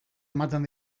ematen